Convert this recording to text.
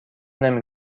نمی